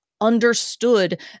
understood